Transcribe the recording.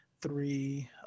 three